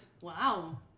Wow